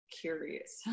curious